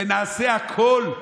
ונעשה הכול,